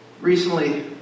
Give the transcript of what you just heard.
Recently